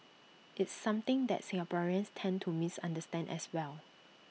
it's something that Singaporeans tend to misunderstand as well